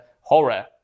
horror